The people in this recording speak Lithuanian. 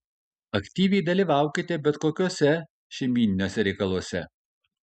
aktyviai dalyvaukite bet kokiuose šeimyniniuose reikaluose